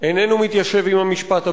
איננו מתיישב עם המשפט הבין-לאומי,